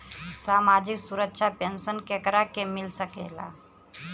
सामाजिक सुरक्षा पेंसन केकरा के मिल सकेला?